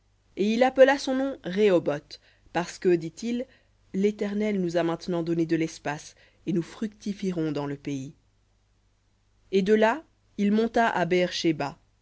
et il appela son nom rehoboth parce que dit-il l'éternel nous a maintenant donné de l'espace et nous fructifierons dans le pays v et de là il monta à beër shéba